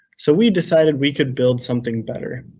so we decided we could build something better.